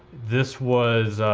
this was